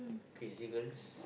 crazy girls